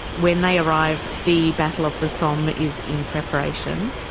when they arrive, the battle of the somme is in preparation.